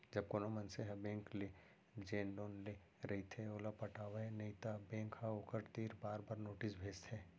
जब कोनो मनसे ह बेंक ले जेन लोन ले रहिथे ओला पटावय नइ त बेंक ह ओखर तीर बार बार नोटिस भेजथे